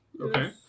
Okay